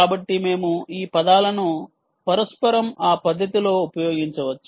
కాబట్టి మేము ఈ పదాలను పరస్పరం ఆ పద్ధతిలో ఉపయోగించవచ్చు